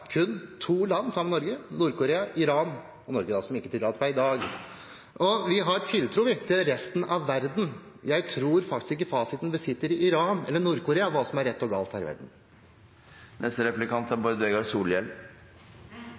kun to land utenom Norge – Nord-Korea og Iran – som ikke tillater dette per i dag. Vi har tiltro til resten av verden. Jeg tror ikke Iran eller Nord-Korea sitter på fasiten på hva som er rett og galt her i verden. Eg merka meg med interesse at Framstegspartiet har tiltru til resten av verda. Det er